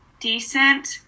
decent